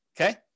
okay